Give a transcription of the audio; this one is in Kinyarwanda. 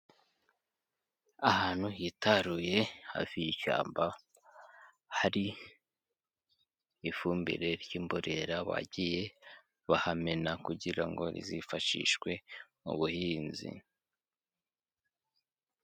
Ahantu hitaruye hafi y'ishyamba, hari ifumbire ry'imborera bagiye bahamena kugira ngo rizifashishwe mu buhinzi.